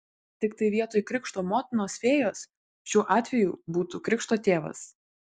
tiktai vietoj krikšto motinos fėjos šiuo atveju būtų krikšto tėvas